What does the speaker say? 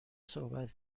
صحبت